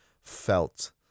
felt